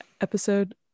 episode